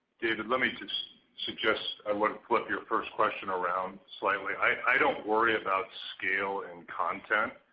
david, let me just so just, i want to flip your first question around slightly, i don't worry about scale and content.